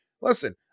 listen